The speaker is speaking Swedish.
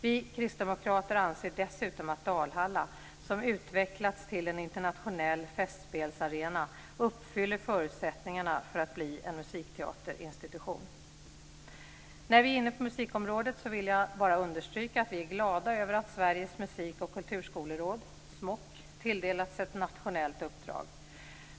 Vi kristdemokrater anser dessutom att Dalhalla, som utvecklats till en internationell festspelsarena, uppfyller förutsättningarna för att bli en musikteaterinstitution. När vi är inne på musikområdet vill jag bara understryka att vi är glada över att Sveriges musik och kulturskoleråd, SMOK, tilldelats ett nationellt uppdrag.